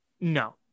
No